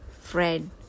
Fred